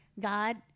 god